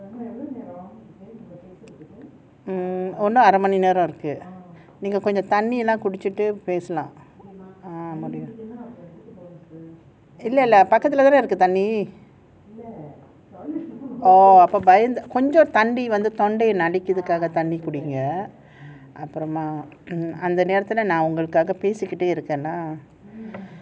mm இன்னும் அரைமணி நேரம் இருக்கு நீங்க கொஞ்சம் தண்ணியெல்லாம் குடுச்சுட்டு பேசலாம் முடியும் இல்ல இல்ல பக்கத்துல தான இருக்கு தண்ணி:innum arai mani neram irukku neenga konjam thanniyellam kudichittu pesalaam mudiiyum illa illa pakkathula thaana irukku thanni orh ஓ அப்ப கொஞ்சம் தண்ணி வந்து தொண்டைய நனைக்ரதுக்காக தண்ணி குடிங்க அந்த நேரத்துல நான் ஒங்களுக்காக பேசிகிட்டே இருக்கேன்னா:ooh appa konja thanni vanthu thondaya nanaikrathukaaga thanni kudinnga antha nerathula naa ongalukkaga pesitte irukkannaa